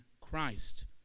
Christ